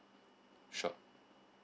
sure